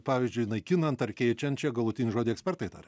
pavyzdžiui naikinant ar keičiant čia galutinį žodį ekspertai taria